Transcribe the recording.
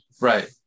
Right